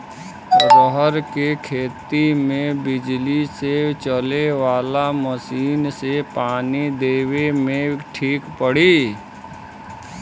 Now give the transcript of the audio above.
रहर के खेती मे बिजली से चले वाला मसीन से पानी देवे मे ठीक पड़ी?